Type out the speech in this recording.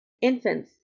infants